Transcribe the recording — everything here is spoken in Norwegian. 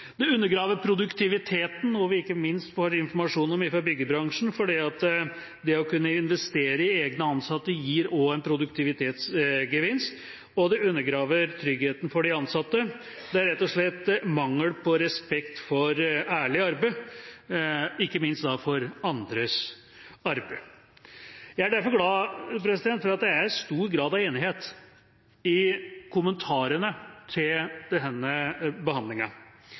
Det undergraver produktiviteten, noe vi ikke minst får informasjon om fra byggebransjen, fordi det å kunne investere i egne ansatte også gir en produktivitetsgevinst, og det undergraver tryggheten for de ansatte. Det er rett og slett mangel på respekt for ærlig arbeid, da ikke minst for andres arbeid. Jeg er derfor glad for at det er stor grad av enighet i kommentarene til denne